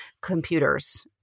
computers